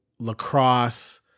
lacrosse